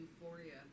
Euphoria